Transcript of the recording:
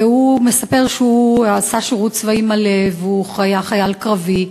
והוא מספר שהוא עשה שירות צבאי מלא והוא היה חייל קרבי,